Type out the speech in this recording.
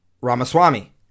Ramaswamy